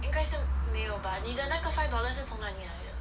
应该是没有吧你的那个 five dollars 是从哪里来的